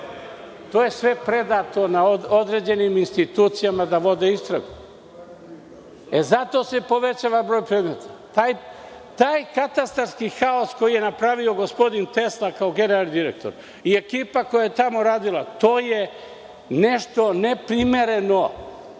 To je sve predato određenim institucijama da vode istragu. Zato se povećava broj predmeta. Taj katastarski haos koji je napravio gospodin Tesla kao generalni direktor i ekipa koja je tamo radila, to je nešto neprimereno.